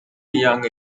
young